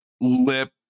lip